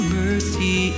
mercy